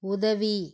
உதவி